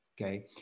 okay